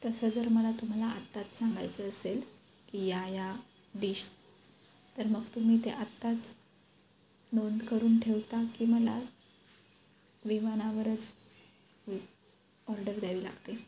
तसं जर मला तुम्हाला आत्ताच सांगायचं असेल की या या डिश तर मग तुम्ही ते आत्ताच नोंद करून ठेवता की मला विमानावरच व् ऑर्डर द्यावी लागते